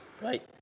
Right